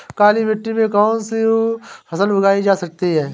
काली मिट्टी में कौनसी फसल उगाई जा सकती है?